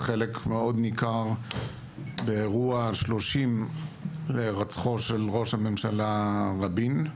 חלק מאוד ניכר באירוע שלושים להירצחו של ראש הממשלה רבין,